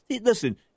listen